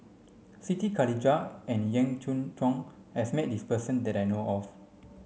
Siti Khalijah and Yee Jenn Jong has met this person that I know of